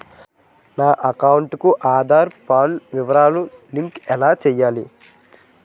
నా అకౌంట్ కు ఆధార్, పాన్ వివరాలు లంకె ఎలా చేయాలి?